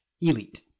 elite